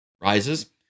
rises